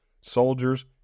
soldiers